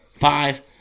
Five